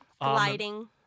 Gliding